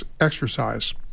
exercise